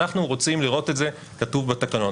אנחנו רוצים לראות את זה כתוב בתקנון.